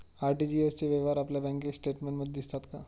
RTGS चे व्यवहार आपल्या बँक स्टेटमेंटमध्ये दिसतात का?